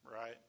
right